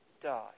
die